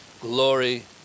Glory